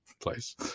place